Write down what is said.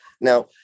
Now